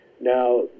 Now